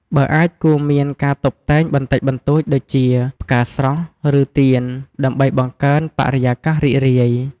បើអាច គួរមានការតុបតែងបន្តិចបន្តួចដូចជា ផ្កាស្រស់ ឬទៀន ដើម្បីបង្កើនបរិយាកាសរីករាយ។